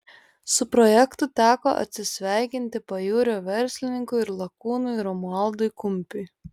su projektu teko atsisveikinti pajūrio verslininkui ir lakūnui romualdui kumpiui